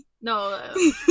No